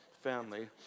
family